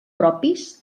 propis